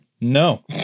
no